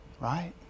right